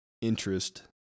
interest